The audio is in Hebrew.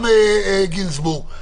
גם גינזבורג,